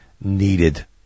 needed